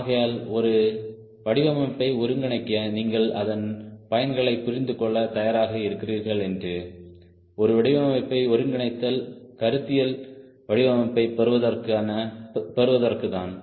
ஆகையால் ஒரு வடிவமைப்பை ஒருங்கிணைக்க நீங்கள் அதன் பயன்களை புரிந்து கொள்ள தயாராக இருக்கிறீர்கள் என்று ஒரு வடிவமைப்பை ஒருங்கிணைத்தல் கருத்தியல் வடிவமைப்பைப் பெறுவதற்கு தான்